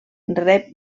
rep